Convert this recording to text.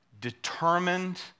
determined